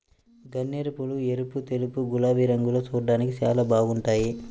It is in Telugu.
గన్నేరుపూలు ఎరుపు, తెలుపు, గులాబీ రంగుల్లో చూడ్డానికి చాలా బాగుంటాయ్